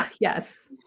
Yes